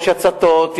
יש הצתות,